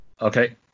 Okay